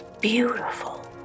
beautiful